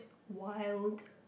wild